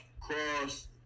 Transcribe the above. cross